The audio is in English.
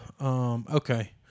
Okay